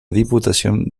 diputación